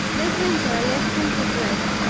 midwinter left him to dress,